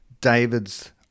David's